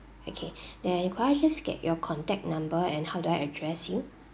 okay then could I just get your contact number and how do I address you